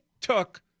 took